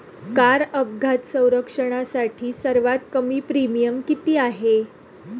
Car अपघात संरक्षणासाठी सर्वात कमी प्रीमियम किती आहे?